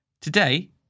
Today